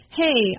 hey